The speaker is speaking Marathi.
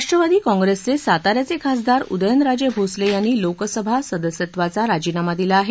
राष्ट्रवादी काँग्रेसचे साता याचे खासदार उदयनराजे भोसले यांनी लोकसभा सदस्यत्वाचा राजीनाम दिला आहे